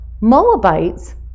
Moabites